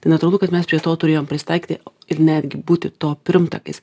tai natūralu kad mes prie to turėjom prisitaikyti ir netgi būti to pirmtakais